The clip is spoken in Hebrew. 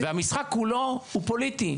והמשחק כולו הוא פוליטי.